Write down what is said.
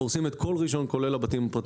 פורסם את כל ראשון כולל הבתים הפרטיים.